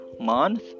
month